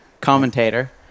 commentator